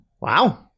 Wow